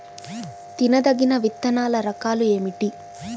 తినదగిన విత్తనాల రకాలు ఏమిటి?